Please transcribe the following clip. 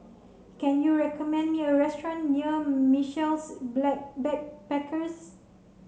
can you recommend me a restaurant near Michaels Black Backpackers